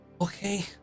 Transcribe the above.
Okay